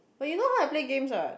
but you know how I play games what